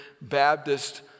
Baptist